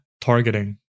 targeting